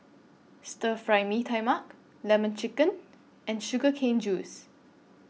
Stir Fry Mee Tai Mak Lemon Chicken and Sugar Cane Juice